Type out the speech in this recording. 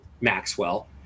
Maxwell